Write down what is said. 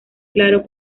claros